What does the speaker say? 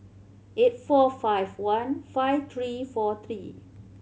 eight four five one five three four three